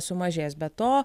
sumažės be to